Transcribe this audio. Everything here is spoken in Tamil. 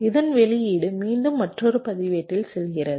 இதன் வெளியீடு மீண்டும் மற்றொரு பதிவேட்டில் செல்கிறது